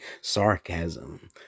sarcasm